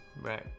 Right